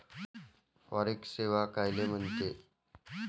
Forex सेवा कायले म्हनते?